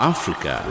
Africa